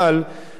תאמין או לא,